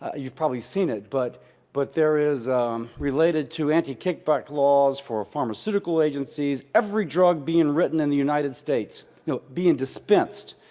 ah you've probably seen it, but but there is a related to anti-kickback laws for pharmaceutical agencies, every drug being written in the united states. no being dispensed,